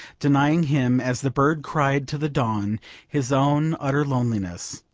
denying him as the bird cried to the dawn his own utter loneliness,